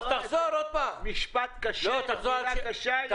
היא אמרה אמירה קשה.